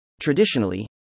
Traditionally